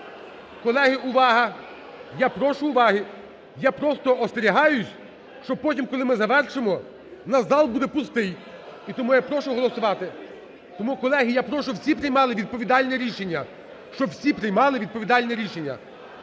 колеги, увага! Я прошу уваги. Я просто остерігаюсь, що потім, коли ми завершимо, у нас зал буде пустий. І тому я прошу голосувати. Тому, колеги, я прошу, я прошу, всі приймали відповідальне рішення, щоб всі приймали відповідальне рішення.